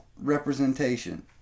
representation